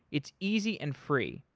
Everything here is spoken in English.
it's easy and free.